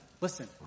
listen